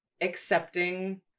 accepting